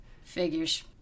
Figures